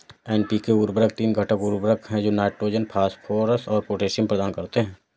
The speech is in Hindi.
एन.पी.के उर्वरक तीन घटक उर्वरक हैं जो नाइट्रोजन, फास्फोरस और पोटेशियम प्रदान करते हैं